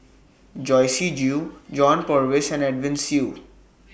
Joyce Jue John Purvis and Edwin Siew